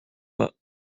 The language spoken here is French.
bas